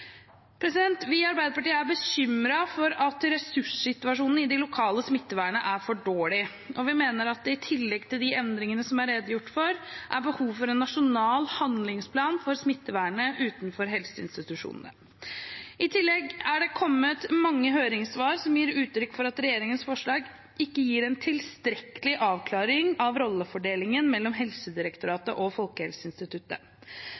Vi i Arbeiderpartiet er bekymret for at ressurssituasjonen i det lokale smittevernet er for dårlig, og vi mener at det i tillegg til de endringene som er redegjort for, er behov for en nasjonal handlingsplan for smittevernet utenfor helseinstitusjonene. I tillegg er det kommet mange høringssvar som gir uttrykk for at regjeringens forslag ikke gir en tilstrekkelig avklaring av rollefordelingen mellom